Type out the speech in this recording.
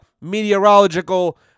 meteorological